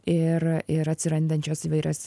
ir ir atsirandančias įvairias